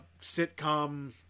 sitcom